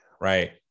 right